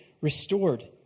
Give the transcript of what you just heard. restored